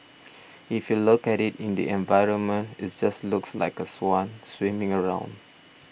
if you look at it in the environment it just looks like a swan swimming around